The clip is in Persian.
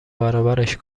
برابرش